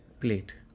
plate